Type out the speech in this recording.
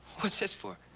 what's this for?